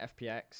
FPX